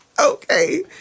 okay